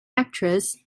actress